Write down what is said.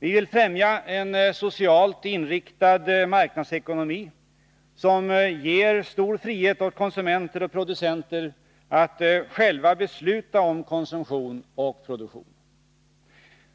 Vi vill främja en socialt inriktad marknadsekonomi som ger stor frihet åt konsumenter och producenter att själva besluta om konsumtion och produktion.